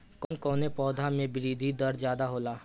कवन कवने पौधा में वृद्धि दर ज्यादा होला?